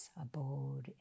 abode